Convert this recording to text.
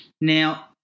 Now